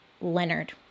Leonard